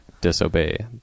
disobey